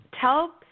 Tell